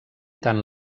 tant